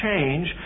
change